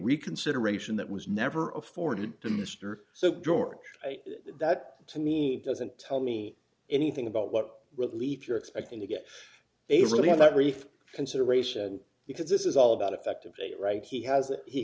reconsideration that was never afforded to mr so george that to me doesn't tell me anything about what relief you're expecting to get really have that brief consideration because this is all about effect of a right he has he